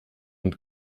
und